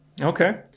Okay